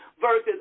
versus